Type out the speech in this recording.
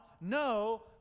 no